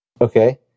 Okay